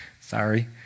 Sorry